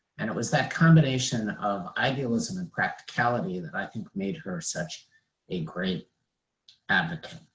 and it was that combination of idealism and practicality that i think made her such a great advocate.